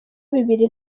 bibiri